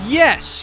yes